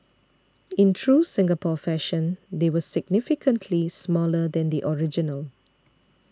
in true Singapore fashion they were significantly smaller than the original